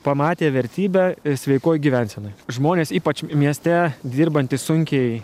pamatė vertybę sveikoj gyvensenoj žmonės ypač mieste dirbantys sunkiai